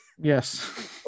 yes